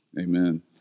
Amen